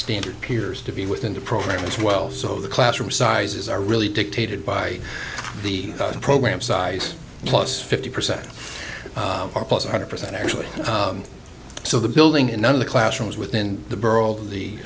standard appears to be within the program as well so the classroom sizes are really dictated by the program size plus fifty percent plus one hundred percent actually so the building in one of the classrooms within the